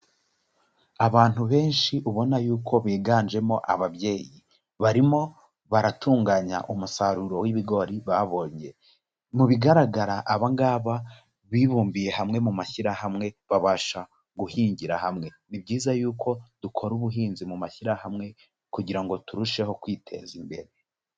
Abantu benshi ubona yuko biganjemo ababyeyi barimo baratunganya umusaruro w'ibigori babonye, mu bigaragara abangaba bibumbiye hamwe, mu mashyirahamwe babasha guhingira hamwe, ni byiza yuko dukora ubuhinzi mu mashyirahamwe kugira ngo turusheho kwiteza imbere.